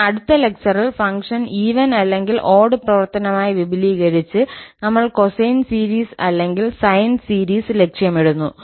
പക്ഷേ അടുത്ത ലെക്ചറിൽ ഫംഗ്ഷൻ ഈവൻ അല്ലെങ്കിൽ ഓട് പ്രവർത്തനമായി വിപുലീകരിച്ച് നമ്മൾ കൊസൈൻ സീരീസ് അല്ലെങ്കിൽ സൈൻ സീരീസ് ലക്ഷ്യമിടുന്നു